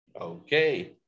Okay